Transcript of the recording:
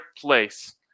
place